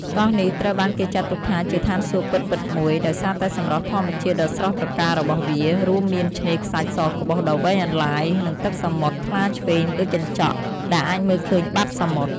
កោះនេះត្រូវបានគេចាត់ទុកជាឋានសួគ៌ពិតៗមួយ ដោយសារតែសម្រស់ធម្មជាតិដ៏ស្រស់ត្រកាលរបស់វា រួមមានឆ្នេរខ្សាច់សក្បុសដ៏វែងអន្លាយ និងទឹកសមុទ្រថ្លាឈ្វេងដូចកញ្ចក់ ដែលអាចមើលឃើញបាតសមុទ្រ។